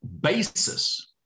basis